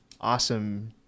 awesome